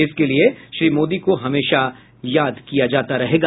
इसके लिए श्री मोदी को हमेशा याद किया जाता रहेगा